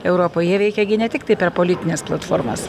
europoj jie veikia gi ne tiktai per politines platformas